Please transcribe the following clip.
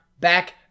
back